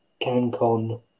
CanCon